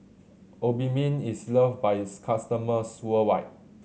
Obimin is loved by its customers worldwide